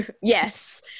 yes